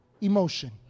emotion